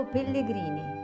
Pellegrini